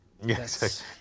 yes